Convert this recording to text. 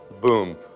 boom